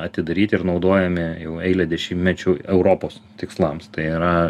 atidaryti ir naudojami jau eilę dešimtmečių europos tikslams tai yra